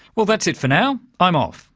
well that's it for now. i'm off,